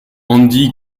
andy